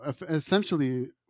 essentially